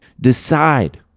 Decide